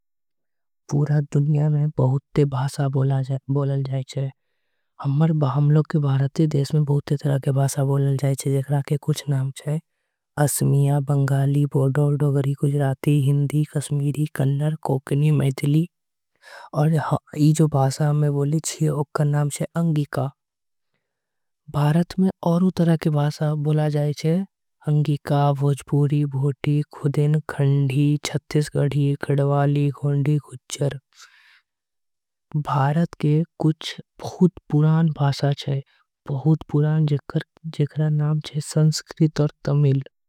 पूरा दुनियां में बहुते भाषा बोलल जाय छे हमर भारत। देश में बहुत प्रकार के भाषा बोलल जाय छे। जेकरा के कुछ नाम छे, असमी, बंगाली, गुजराती। हिंदी कश्मीरी, कोंकण, कन्नड़, मैथिली। और ई जो भाषा हम बोले छे ओकर नाम हे अंगिका। भारत में औरो तरह के भाषा बोलल जाई छे।